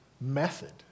method